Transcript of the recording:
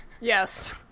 Yes